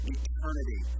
eternity